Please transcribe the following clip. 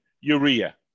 Urea